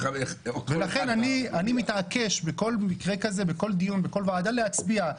אני מתעקש בכל דיון ובכל ועדה להצביע.